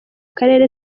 karere